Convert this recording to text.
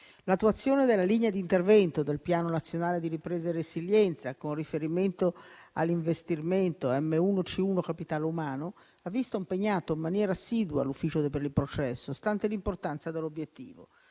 Piano nazionale di ripresa e resilienza, con riferimento all'investimento M1C1 (capitale umano), ha visto impegnato in maniera assidua l'ufficio per il processo, stante l'importanza dell'obiettivo.